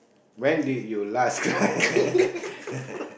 when did you last